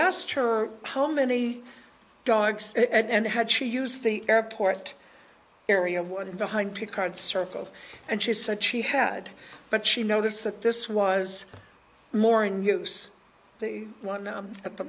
asked her how many dogs and had she used the airport area one behind picard circle and she said she had but she noticed that this was more in use the one at the